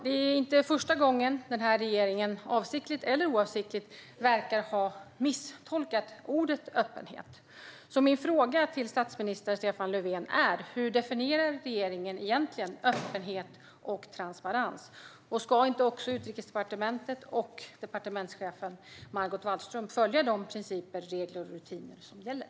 Det är inte första gången som den här regeringen - avsiktligt eller oavsiktligt - verkar ha misstolkat ordet öppenhet. Min fråga till statsminister Stefan Löfven är: Hur definierar regeringen egentligen öppenhet och transparens? Ska inte också Utrikesdepartementet och departementschefen, Margot Wallström, följa de principer, regler och rutiner som gäller?